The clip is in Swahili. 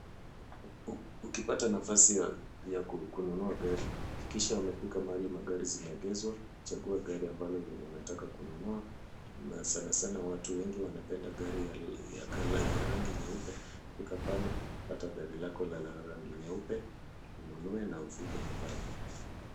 Ukipata nafasi ya kununua gari, hakikisha umefika mahali magari zimeegezwa, chagua gari ambalo unataka kununua na sana sana watu wengi wanapenda gari ya rangi nyeupe. Fika pale. Pata gari lako la rangi nyeupe, ununue na ufike nyumbani.